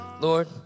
Lord